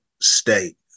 state